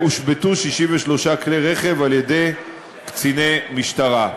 והושבתו 63 כלי רכב על-ידי קציני משטרה.